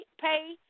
pay